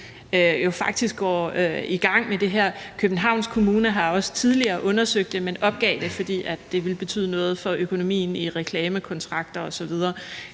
Københavns Kommune har også tidligere undersøgt det, men opgav det, fordi det ville betyde noget for økonomien i reklamekontrakter osv.